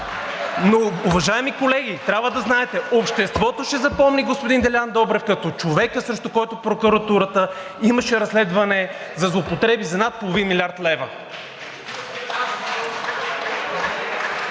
Уважаеми колеги, трябва да знаете, обществото ще запомни господин Делян Добрев като човека, срещу когото прокуратурата имаше разследване за злоупотреби за над половин милиард лева.